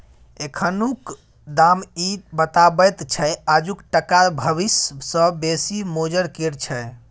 एखनुक दाम इ बताबैत छै आजुक टका भबिस सँ बेसी मोजर केर छै